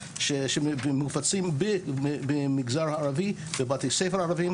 שמופצים במגזר הערבי בבתי ספר ערבים.